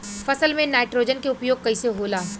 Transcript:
फसल में नाइट्रोजन के उपयोग कइसे होला?